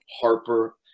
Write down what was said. Harper